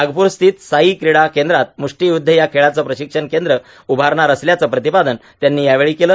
नागपूरस्थित साई कीडा केंद्रात मुष्टीयुध्द या खेळाचं प्रशिक्षण केंद्र उभारणार असल्याचं प्रतिपादन त्यांनी यावेळी केलं